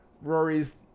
rory's